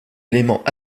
éléments